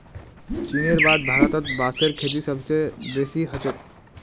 चीनेर बाद भारतत बांसेर खेती सबस बेसी ह छेक